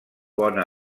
bona